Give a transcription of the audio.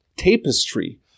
tapestry